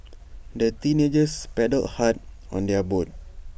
the teenagers paddled hard on their boat